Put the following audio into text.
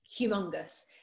humongous